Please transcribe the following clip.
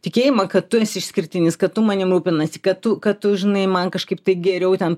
tikėjimą kad tu esi išskirtinis kad tu manim rūpinasi kad tu kad tu žinai man kažkaip tai geriau ten